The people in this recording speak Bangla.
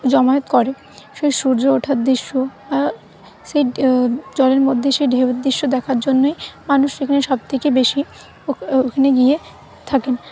জমায়েত করে সেই সূর্য ওঠার দৃশ্য সেই জলের মধ্যে সেই ঢেউয়ের দৃশ্য দেখার জন্যে মানুষ সেখানে সবথেকে বেশি ও ওখানে গিয়ে থাকেন